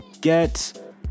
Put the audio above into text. get